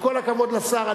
עם כל הכבוד לשר,